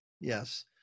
Yes